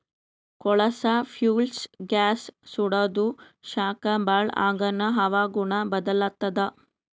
ಕೊಳಸಾ fuels gas ಸುಡಾದು ಶಾಖ ಭಾಳ್ ಆಗಾನ ಹವಾಗುಣ ಬದಲಾತ್ತದ